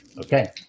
Okay